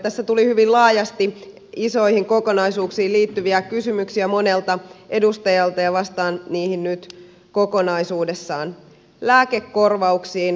tässä tuli hyvin laajasti isoihin kokonaisuuksiin liittyviä kysymyksiä monelta edustajalta ja vastaan niihin nyt kokonaisuudessaan